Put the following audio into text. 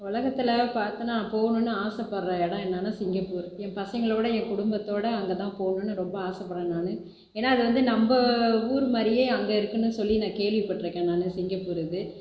உலகத்தில் பார்த்து நான் போகணுன்னு ஆசைப்படுகிற இடம் என்னென்னா சிங்கப்பூர் என் பசங்களோடய என் குடும்பத்தோடய அங்கே தான் போகணுன்னு ரொம்ப ஆசைப்படுகிற நானும் ஏன்னால் அது வந்து நம்ம ஊர் மாதிரியே அங்கே இருக்குனு சொல்லி நான் கேள்வி பட்டுருக்கேன் நானும் சிங்கப்பூர் இது